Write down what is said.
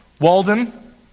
Walden